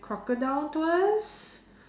crocodile tours